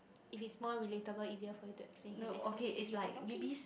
if it's more relatable easier for you to explain can explain using your keys